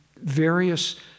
various